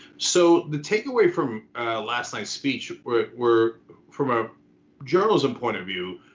so the takeaway from last night's speech were were from a journalism point of view,